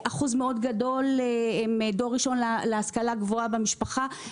אחוז מאוד גדול הם דור ראשון להשכלה גבוהה במשפחה,